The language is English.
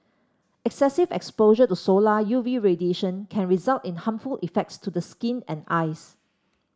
excessive exposure to solar U V radiation can result in harmful effects to the skin and eyes